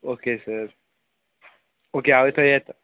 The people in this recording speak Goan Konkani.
ओके सर ओके हांव थंय येता